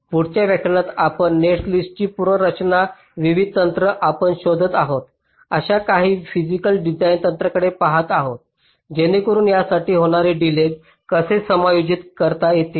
पुढच्या व्याख्यानात आपण नेटलिस्टची पुनर्रचना विविध तंत्र आपण शोधत आहोत अशा काही फिसिकल डिझाइन तंत्रांकडे पाहत आहोत जेणेकरुन यासाठी होणारे डिलेज कसे समायोजित करता येतील